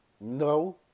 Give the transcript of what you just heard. No